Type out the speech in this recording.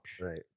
right